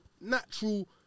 natural